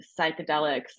psychedelics